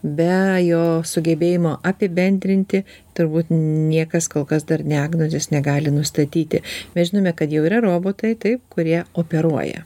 be jo sugebėjimo apibendrinti turbūt niekas kol kas dar diagnozės negali nustatyti mes žinome kad jau yra robotaitaip kurie operuoja